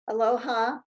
Aloha